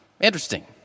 Interesting